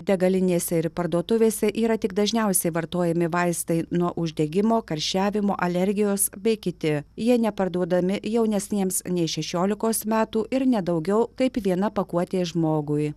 degalinėse ir parduotuvėse yra tik dažniausiai vartojami vaistai nuo uždegimo karščiavimo alergijos bei kiti jie neparduodami jaunesniems nei šešiolikos metų ir ne daugiau kaip viena pakuotė žmogui